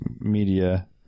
Media